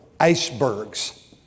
Icebergs